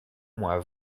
moins